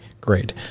great